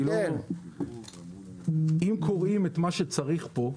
אם קוראים את מה שצריך כאן,